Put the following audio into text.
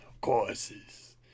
courses